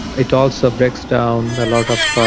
it also breaks down a lot of